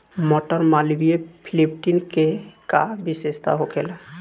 मटर मालवीय फिफ्टीन के का विशेषता होखेला?